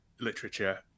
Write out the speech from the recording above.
literature